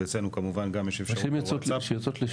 ואצלנו כמובן גם יש אפשרות בווטסאפ.